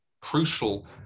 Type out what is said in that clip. crucial